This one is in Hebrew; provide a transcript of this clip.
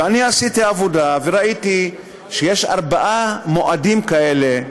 ואני עשיתי עבודה וראיתי שיש ארבעה מועדים כאלה: